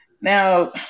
Now